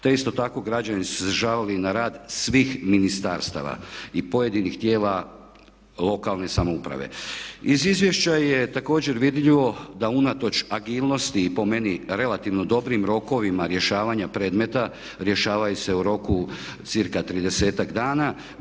te isto trako građani su se žalili na rad svih ministarstava i pojedinih tijela lokalne samouprave. I izvješća je također vidljivo da unatoč agilnosti i po meni relativno dobrim rokovima rješavanja predmeta rješavaju se u roku cca 30-ak dana